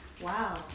Wow